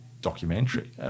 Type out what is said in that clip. documentary